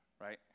right